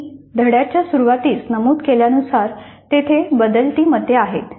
मी धड्याच्या सुरूवातीस नमूद केल्यानुसार तेथे बदलती मते आहेत